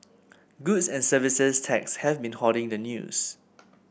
Goods and Services Tax has been hoarding the news